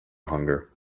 hunger